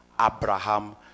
Abraham